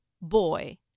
boy